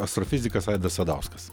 astrofizikas aidas sadauskas